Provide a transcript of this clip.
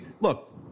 look